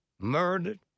murdered